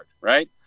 right